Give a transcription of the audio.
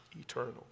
eternal